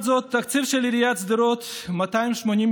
מוצע כי כל סיעה תקבל חצי יחידת מימון נוספת.